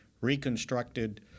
reconstructed